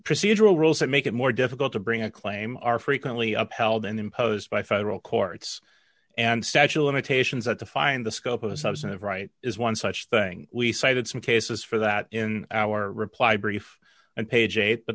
procedural rules that make it more difficult to bring a claim are frequently up held and imposed by federal courts and statue of limitations that defined the scope of a substantive right is one such thing we cited some cases for that in our reply brief and page eight but